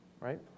right